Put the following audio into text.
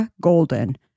Golden